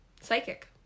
Psychic